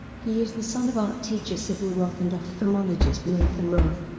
he is the son of art teacher sibyl roth and ophthalmologist nathan roth,